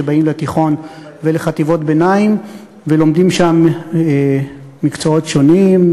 שבאים לתיכון ולחטיבות ביניים ולומדים שם מקצועות שונים,